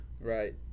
right